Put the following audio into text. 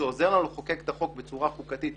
שיעזור לנו לחוקק את החוק בצורה חוקתית,